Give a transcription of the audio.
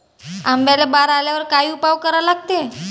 आंब्याले बार आल्यावर काय उपाव करा लागते?